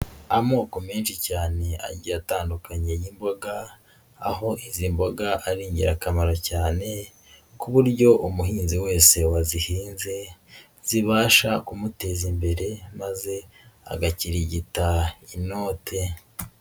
Amoko menshi cyane agiye atandukanye y'imboga, aho izi mboga ari ingirakamaro cyane ku buryo umuhinzi wese wazihinze zibasha kumuteza imbere maze agakirigita inote.